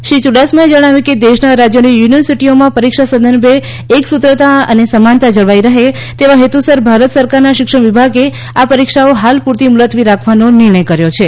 શ્રી યુડાસમાએ જણાવ્યું કે દેશના રાજ્યોની યુનિવર્સિટીઓમાં પરિક્ષા સંદર્ભે એકસૂત્રતા અને સમાનતા જળવાઇ રહે તેવા હેતુસર ભારત સરકારના શિક્ષણવિભાગે આ પરિક્ષાઓ હાલ પૂરતી મુલત્વી રાખવાનો નિર્ણય કર્યો છે